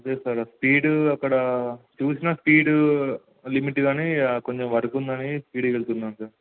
అదే sir speed అక్కడ చూసాను స్పీడు లిమిట్ కానీ కొంచెం వర్కు ఉందని స్పీడ్గా వేళ్తుంన్నాను సార్